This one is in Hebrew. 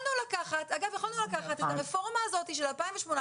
יכולנו לקחת את הרפורמה הזאת של 2018,